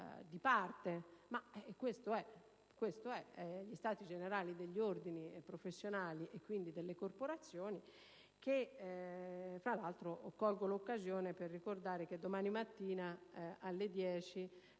si tratta, degli stati generali degli ordini professionali e quindi delle corporazioni. Tra l'altro, colgo l'occasione per ricordare che domattina alle ore